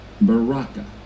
baraka